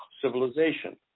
civilization